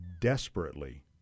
desperately